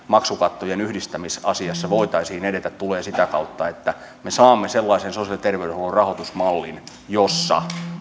maksukattojen yhdistämisasiassa voitaisiin edetä tulee sitä kautta että me saamme sellaisen sosiaali ja terveydenhuollon rahoitusmallin jossa